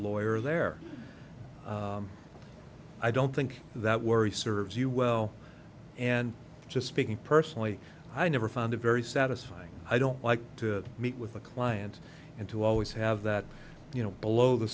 lawyer there i don't think that worry serves you well and just speaking personally i never found a very satisfying i don't like to meet with a client and to always have that you know below the